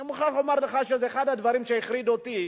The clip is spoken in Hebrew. אני מוכרח לומר לך שזה אחד הדברים שהחריד אותי